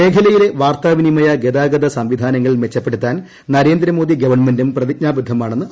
മേഖലയിലെ വാർത്താവിനിമയ ഗതാഗത സംവിധാനങ്ങൾ മെച്ചപ്പെടുത്താൻ നരേന്ദ്രമോദി ഗവൺമെന്റും പ്രതിജ്ഞാബദ്ധമാണെന്ന് അദ്ദേഹം പറഞ്ഞു